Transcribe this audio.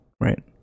right